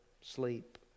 sleep